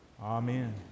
Amen